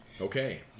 Okay